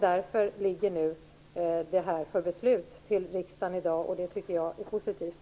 Därför ligger detta för beslut i riksdagen i dag, och det tycker jag är positivt.